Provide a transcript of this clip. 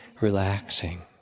relaxing